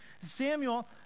Samuel